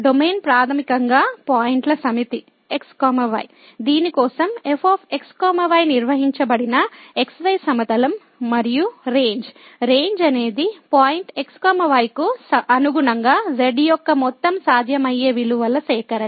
domain ప్రాథమికంగా పాయింట్ల సమితి x y దీని కోసం f x y నిర్వచించబడిన xy సమతలం మరియు రేంజ్ రేంజ్ అనేది పాయింట్ x y కు అనుగుణంగా z యొక్క మొత్తం సాధ్యమయ్యే విలువల సేకరణ